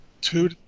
two